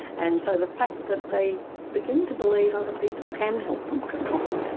and so the fact that they begin to believe other people can help them control that,